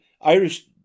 Irish